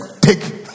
take